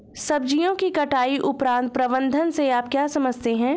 सब्जियों की कटाई उपरांत प्रबंधन से आप क्या समझते हैं?